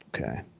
Okay